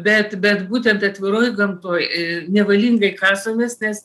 bet bet būtent atviroj gamtoj nevalingai kasomės nes